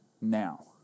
now